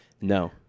No